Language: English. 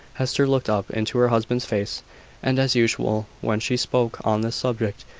hester looked up into her husband's face and as usual, when she spoke on this subject,